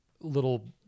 little